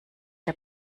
der